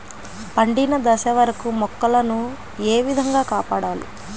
పండిన దశ వరకు మొక్కల ను ఏ విధంగా కాపాడాలి?